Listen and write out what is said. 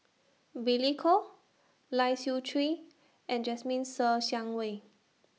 Billy Koh Lai Siu Chiu and Jasmine Ser Xiang Wei